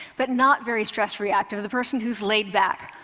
but not very stress reactive, the person who's laid back.